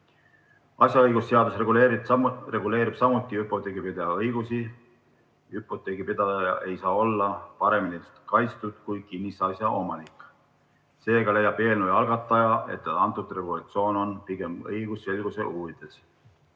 Asjaõigusseadus reguleerib samuti hüpoteegipidaja õigusi. Hüpoteegipidaja ei saa olla paremini kaitstud kui kinnisasja omanik, seega leiab eelnõu algataja, et antud regulatsioon on pigem õigusselguse huvides.